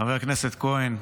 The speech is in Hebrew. חבר הכנסת כהן,